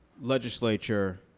legislature